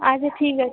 আচ্ছা ঠিক আছে